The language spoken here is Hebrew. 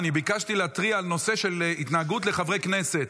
אני ביקשתי להתריע על נושא של התנהגות חברי הכנסת.